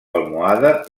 almohade